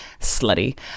slutty